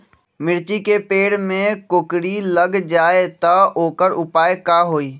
मिर्ची के पेड़ में कोकरी लग जाये त वोकर उपाय का होई?